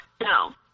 No